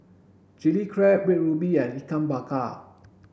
chilli crab red ruby and ikan bakar